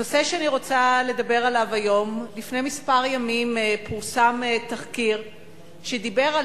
הנושא שאני רוצה לדבר עליו היום: לפני כמה ימים פורסם תחקיר שדיבר על